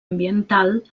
ambiental